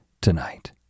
tonight